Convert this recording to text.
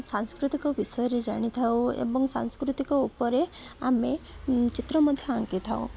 ସାଂସ୍କୃତିକ ବିଷୟରେ ଜାଣିଥାଉ ଏବଂ ସାଂସ୍କୃତିକ ଉପରେ ଆମେ ଚିତ୍ର ମଧ୍ୟ ଆଙ୍କିଥାଉ